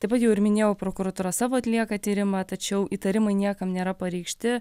tai va jau ir minėjau prokuratūra savo atlieka tyrimą tačiau įtarimai niekam nėra pareikšti